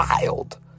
wild